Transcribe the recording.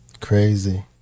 Crazy